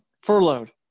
furloughed